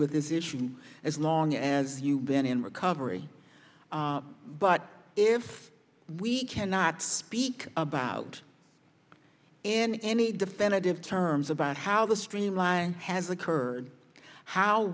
with this issue as long as you've been in recovery but if we cannot speak about in any definitive terms about how the streamlining has occurred how